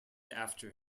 after